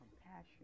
compassion